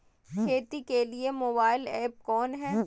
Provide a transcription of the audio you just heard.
खेती के लिए मोबाइल ऐप कौन है?